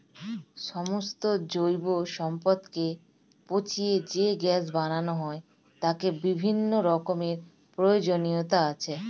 সমস্ত জৈব সম্পদকে পচিয়ে যে গ্যাস বানানো হয় তার বিভিন্ন রকমের প্রয়োজনীয়তা আছে